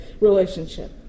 relationship